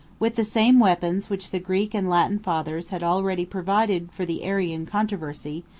with the same weapons which the greek and latin fathers had already provided for the arian controversy,